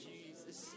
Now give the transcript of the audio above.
Jesus